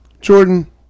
Jordan